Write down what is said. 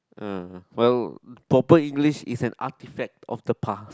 uh well proper English is an artefact of the past